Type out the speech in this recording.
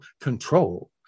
control